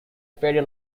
ferry